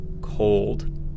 cold